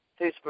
Facebook